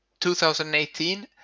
2018